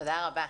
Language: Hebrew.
תודה רבה.